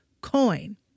coin